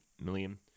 million